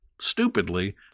stupidly